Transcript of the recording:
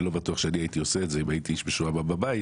אני לא בטוח שאני הייתי עושה את זה אם הייתי משועמם בבית,